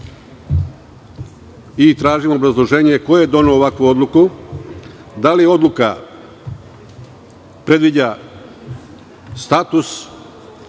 i tražim obrazloženje – ko je doneo ovakvu odluku? Da li odluka predviđa status